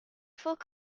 faux